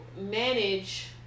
manage